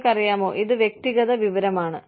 നിങ്ങൾക്കറിയാമോ ഇത് വ്യക്തിഗത വിവരമാണ്